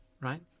right